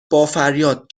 بافریاد